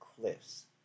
cliffs